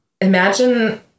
Imagine